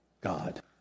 God